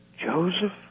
Joseph